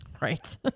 Right